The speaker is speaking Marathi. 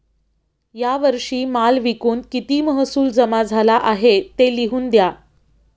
या वर्षी माल विकून किती महसूल जमा झाला आहे, ते लिहून द्या